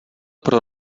pro